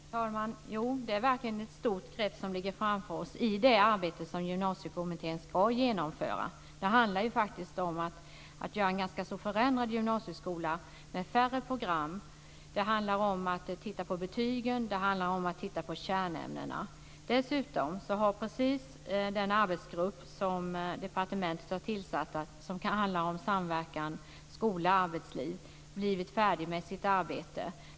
Fru talman! Jo, det är verkligen ett stort grepp som ligger framför oss i det arbete som Gymnasiekommittén ska genomföra. Det handlar faktiskt om att göra en ganska så förändrad gymnasieskola med färre program. Det handlar om att titta på betygen, och det handlar om att titta på kärnämnena. Dessutom har den arbetsgrupp som departementet har tillsatt och som handlar om samverkan mellan skola och arbetsliv precis blivit färdig med sitt arbete.